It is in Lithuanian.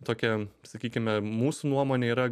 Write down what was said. tokia sakykime mūsų nuomone yra